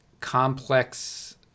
complex